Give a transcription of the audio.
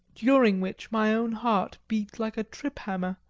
during which my own heart beat like a trip hammer,